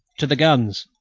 to the guns!